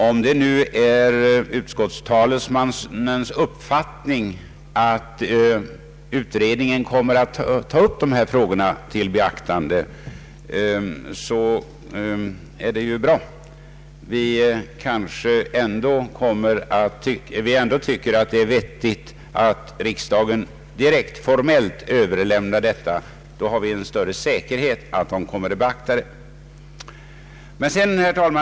Om det nu är utskottstalesmannens uppfattning att utredningen kommer att ta upp dessa frågor till beaktande så är det ju bra. Vi kanske ändå tycker att det är vettigt att riksdagen direkt, formellt, överlämnar detta. Då kan vi vara mer säkra på att utredningen kommer att beakta synpunkterna. Herr talman!